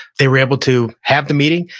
they were able to have the meeting,